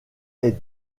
est